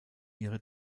ihre